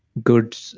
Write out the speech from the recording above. good